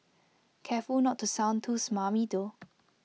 careful not to sound too smarmy though